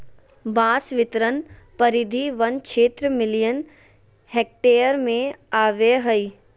बांस बितरण परिधि वन क्षेत्र मिलियन हेक्टेयर में अबैय हइ